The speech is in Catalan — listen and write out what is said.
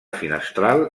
finestral